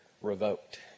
revoked